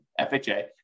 FHA